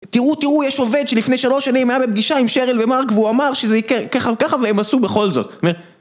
תראו תראו יש עובד שלפני שלוש שנים היה בפגישה עם שרל ומרק והוא אמר שזה יהיה ככה וככה והם עשו בכל זאת